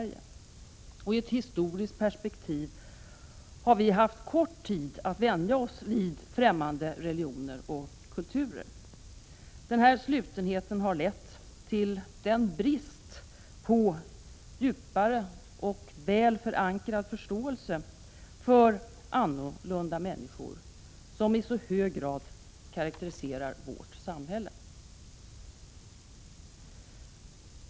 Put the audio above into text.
I ett historiskt perspektiv har vi haft kort tid att vänja oss vid främmande religioner och kulturer. Vår slutenhet har lett till den brist på djupare och väl förankrad förståelse för annorlunda människor som i så hög grad karaktäriserar vårt samhälle.